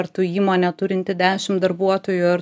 ar tu įmonė turinti dešim darbuotojų ar